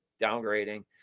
downgrading